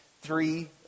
three